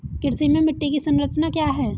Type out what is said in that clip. कृषि में मिट्टी की संरचना क्या है?